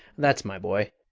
that's my boy!